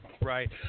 Right